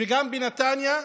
והן בנתניה,